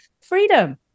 Freedom